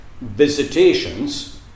visitations